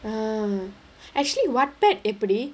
uh actually wattpad எப்பிடி:eppidi